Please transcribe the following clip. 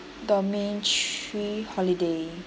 domain three holiday